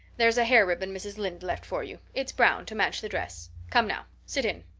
there's a hair ribbon mrs. lynde left for you. it's brown, to match the dress. come now, sit in.